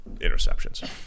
interceptions